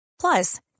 Plus